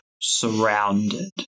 surrounded